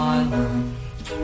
island